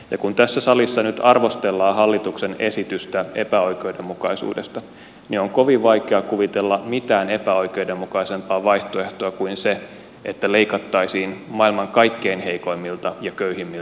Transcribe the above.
ja kun tässä salissa nyt arvostellaan hallituksen esitystä epäoikeudenmukaisuudesta niin on kovin vaikea kuvitella mitään epäoikeudenmukaisempaa vaihtoehtoa kuin se että leikattaisiin maailman kaikkein heikoimmilta ja köyhimmiltä lapsilta